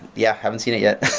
yeah haven't seen it yet